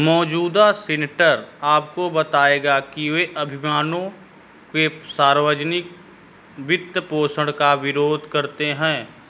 मौजूदा सीनेटर आपको बताएंगे कि वे अभियानों के सार्वजनिक वित्तपोषण का विरोध करते हैं